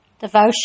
Devotion